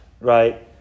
right